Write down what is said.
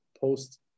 post